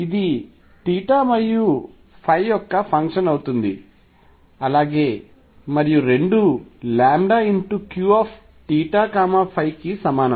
ఇది తీటా మరియు యొక్క ఫంక్షన్ అవుతుంది అలాగే మరియు రెండూ Q θ ϕ కి సమానం